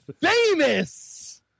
famous